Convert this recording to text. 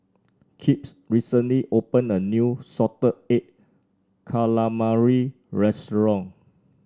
Kipp's recently opened a new Salted Egg Calamari restaurant